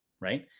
right